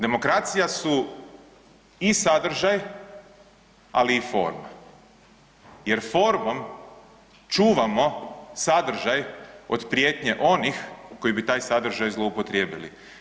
Demokracija su i sadržaj, ali i forma jer formom čuvamo sadržaj od prijetnje onih koji bi taj sadržaj zloupotrijebili.